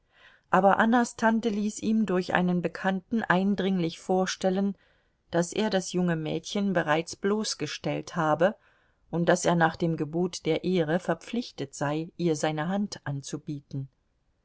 aber annas tante ließ ihm durch einen bekannten eindringlich vorstellen daß er das junge mädchen bereits bloßgestellt habe und daß er nach dem gebot der ehre verpflichtet sei ihr seine hand anzubieten